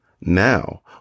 Now